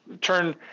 turn